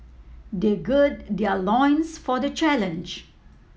they gird their loins for the challenge